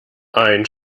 ein